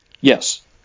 Yes